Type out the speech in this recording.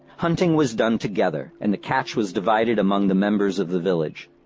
hunting was done together, and the catch was divided among the members of the village.